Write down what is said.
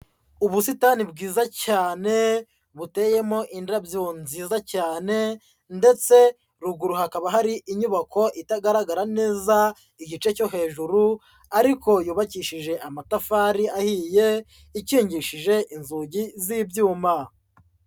Ubusitani bwiza cyane buteyemo indabyo nziza cyane ndetse ruguru hakaba hari inyubako itagaragara neza igice cyo hejuru ariko yubakishije amatafari ahiye, ikingishije inzugi z'ibyuma.